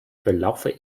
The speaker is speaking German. verlaufe